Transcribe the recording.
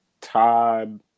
Todd